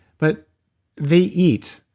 but they eat,